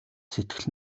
сэтгэл